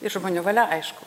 ir žmonių valia aišku